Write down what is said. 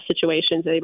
situations